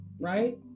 right